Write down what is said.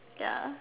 ya